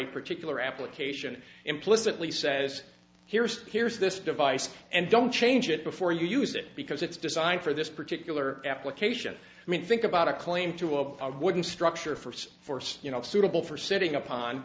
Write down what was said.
a particular application implicitly says here's here's this device and don't change it before you use it because it's designed for this particular application i mean think about a claim to a wooden structure for some force you know suitable for sitting up on